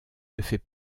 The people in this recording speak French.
fait